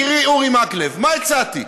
תקשיב, יקירי אורי מקלב, מה הצעתי?